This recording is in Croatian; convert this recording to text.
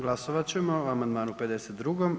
Glasovat ćemo o amandmanu 52.